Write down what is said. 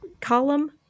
column